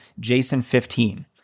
Jason15